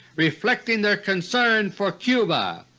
reflecting their concern for cuba.